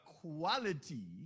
quality